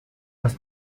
las